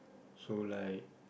so like